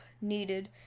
needed